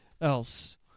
else